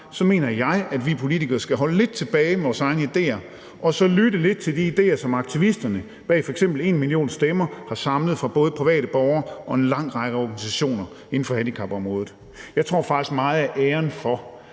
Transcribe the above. så mener jeg, at vi politikere skal holde lidt tilbage med vores egne idéer og så lytte lidt til de idéer, som aktivisterne bag f.eks. #enmillionstemmer har samlet fra både private borgere og en lang række organisationer inden for handicapområdet. Jeg tror faktisk, at meget af æren for,